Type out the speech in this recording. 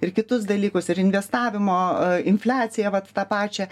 ir kitus dalykus ir investavimo infliaciją vat tą pačią